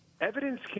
Evidence